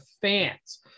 fans